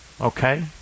Okay